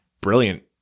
brilliant